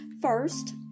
First